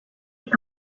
est